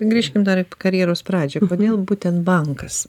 grįžkim dar į karjeros pradžią kodėl būtent bankas